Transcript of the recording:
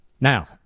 Now